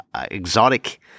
exotic